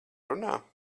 runā